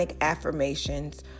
affirmations